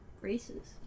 races